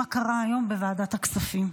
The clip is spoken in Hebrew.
מה קרה היום בוועדת הכספים.